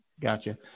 Gotcha